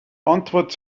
antwort